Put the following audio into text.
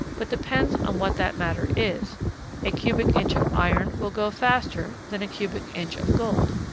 but depends on what that matter is a cubic inch of iron will go faster than a cubic inch of gold.